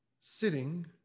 sitting